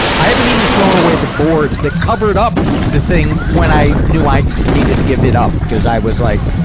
i haven't even thrown away the boards that covered up the thing, when i knew i needed to give it up, cause i was like,